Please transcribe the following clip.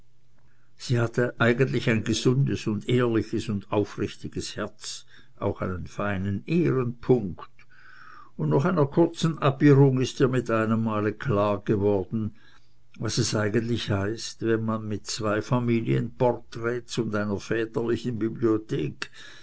sie hat eigentlich ein gesundes und ehrliches und aufrichtiges herz auch einen feinen ehrenpunkt und nach einer kurzen abirrung ist ihr mit einem male klargeworden was es eigentlich heißt wenn man mit zwei familienporträts und einer väterlichen bibliothek